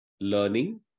learning